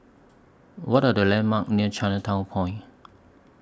What Are The landmarks near Chinatown Point